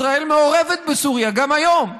ישראל מעורבת בסוריה, גם היום.